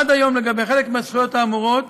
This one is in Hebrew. עד היום, לגבי חלק מהזכויות האמורות